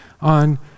on